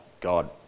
God